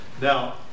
Now